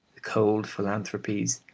cold philanthropies,